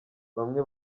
bamwe